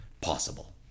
possible